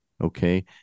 okay